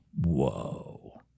Whoa